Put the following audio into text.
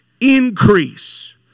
increase